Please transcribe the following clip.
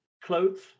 clothes